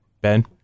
Ben